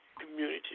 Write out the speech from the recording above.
community